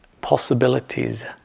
possibilities